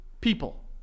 People